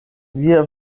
via